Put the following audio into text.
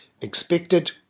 expected